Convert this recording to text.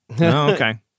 Okay